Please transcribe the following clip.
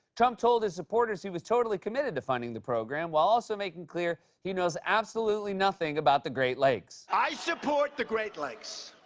trump told his supporters he was totally committed to funding the program while also making clear he knows absolutely nothing about the great lakes. i support the great lakes.